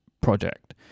project